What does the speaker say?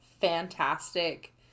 fantastic